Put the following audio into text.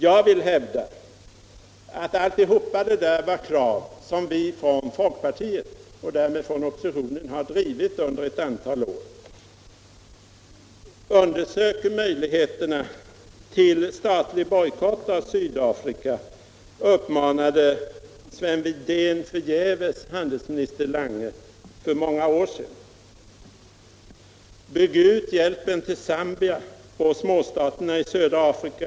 Jag vill hävda att allt detta var krav som vi från folkpartiet har drivit under ett antal år. Bygg ut hjälpen till Zambia och småstaterna i södra Afrika!